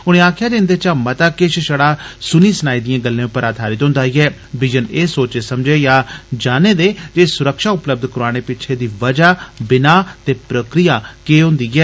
उनें आक्खेआ जे इंदे चा मता किश छड़ा सुनी सनाई दिएं गल्लें पर आधारत होंदा ऐ बिजन एह् सोचे समझे जां जाने दे जे सुरक्षा उपलब्ध करोआने पिच्छे दी वजह बिनाह् ते प्रक्रिया केह् होंदी ऐ